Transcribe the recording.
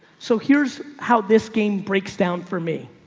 so here's how this game breaks down for me.